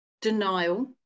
denial